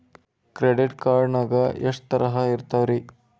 Credit card ನಾಗ ಎಷ್ಟು ತರಹ ಇರ್ತಾವ್ರಿ?